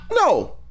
No